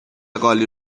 قالی